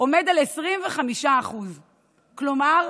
עומד על 25%. כלומר,